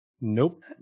Nope